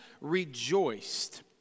rejoiced